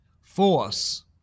force